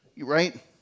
right